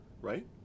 right